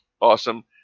awesome